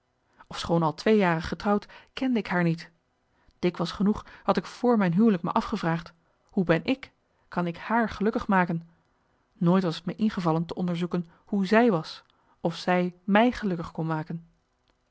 ofschoon al twee jaren getrouwd kende ik haar niet dikwijls genoeg had ik vr mijn huwelijk me afgevraagd hoe ben ik kan ik haar gelukkig maken nooit was t me ingevallen te onderzoeken hoe zij was of zij mij gelukkig kon maken